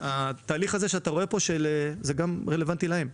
התהליך הזה שאתה רואה פה גם רלוונטי להם.